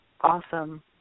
awesome